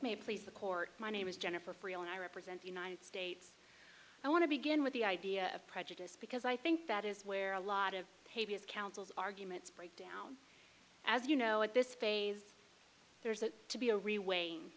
may please the court my name is jennifer freeland i represent united states i want to begin with the idea of prejudice because i think that is where a lot of pavia of councils arguments break down as you know at this phase there's that to be a real w